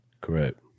Correct